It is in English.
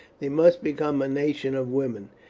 they must become a nation of women.